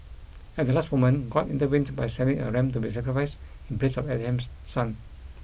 at the last moment God intervened by sending a ram to be sacrificed in place of Abraham's son